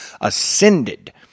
ascended